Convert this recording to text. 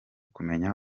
kumenya